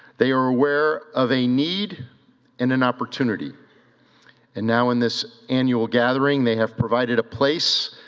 they were aware of a need and an opportunity and now in this annual gathering they have provided a place,